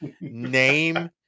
name